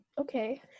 Okay